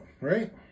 right